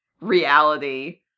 reality